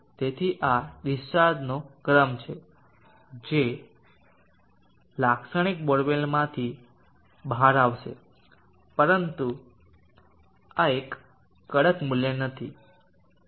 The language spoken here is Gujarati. તેથી આ ડીસ્ચાર્જનો ક્રમ છે જે લાક્ષણિક બોરવેલમાંથી બહાર આવશે પરંતુ આ એક કડક મૂલ્ય નથી